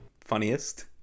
funniest